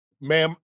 ma'am